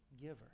giver